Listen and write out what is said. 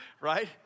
right